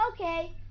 Okay